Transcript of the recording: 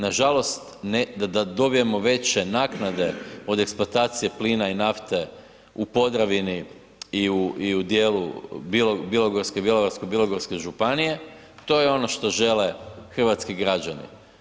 Nažalost da dobijemo veće naknade od eksploatacije plina i nafte u Podravini i u dijelu Bjelovarsko-bilogorske županije, to je ono što žele hrvatski građani.